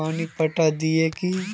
पानी पटाय दिये की?